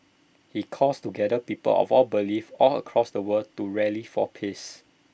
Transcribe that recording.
he calls together people of all beliefs all across the world to rally for peace